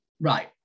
Right